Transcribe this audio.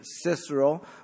Cicero